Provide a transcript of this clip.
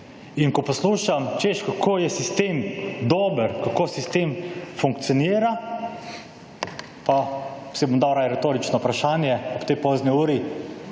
ko poslušam, češ kako je sistem dober, kako sistem funkcionira, pa si bom dal raje retorično vprašanje ob tej pozni uri,